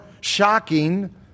shocking